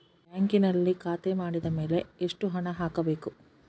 ಬ್ಯಾಂಕಿನಲ್ಲಿ ಖಾತೆ ಮಾಡಿದ ಮೇಲೆ ಎಷ್ಟು ಹಣ ಹಾಕಬೇಕು?